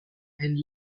and